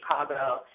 Chicago